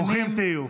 ברוכים תהיו.